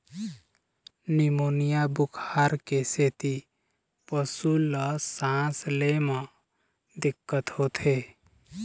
pneumonia बुखार के सेती पशु ल सांस ले म दिक्कत होथे